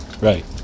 right